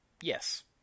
Yes